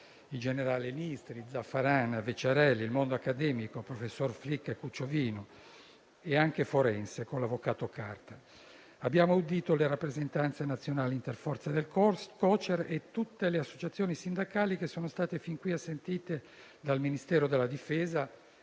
(i generali Nistri, Zafarana, Vecciarelli), il mondo accademico (i professori Flick e Ciucciovino) e anche forense con l'avvocato Carta. Abbiamo audito le rappresentanze nazionali interforze del Cocer e tutte le associazioni sindacali che sono state fin qui assentite dal Ministero della difesa